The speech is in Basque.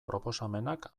proposamenak